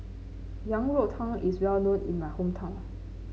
Yang Rou Tang is well known in my hometown